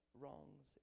wrongs